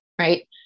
Right